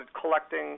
collecting